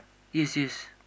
yes yes